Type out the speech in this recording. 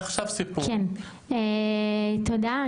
תודה.